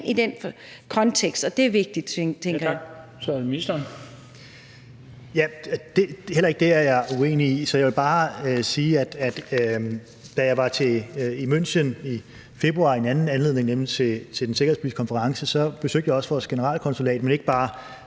Tak, så er det ministeren. Kl. 18:48 Udenrigsministeren (Jeppe Kofod): Heller ikke det er jeg uenig i. Så jeg vil bare sige, at da jeg var i München i februar i en anden anledning, nemlig til den sikkerhedspolitiske konference, besøgte jeg også vores generalkonsulat, men ikke bare